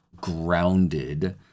grounded